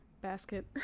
basket